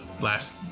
last